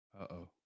Uh-oh